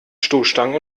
stoßstangen